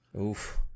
Oof